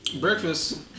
Breakfast